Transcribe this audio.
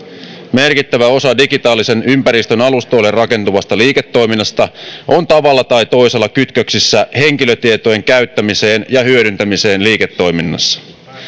merkittävä osa digitaalisen ympäristön alustoille rakentuvasta liiketoiminnasta on tavalla tai toisella kytköksissä henkilötietojen käyttämiseen ja hyödyntämiseen liiketoiminnassa